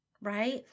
right